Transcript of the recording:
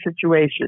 situation